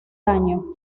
daño